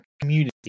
community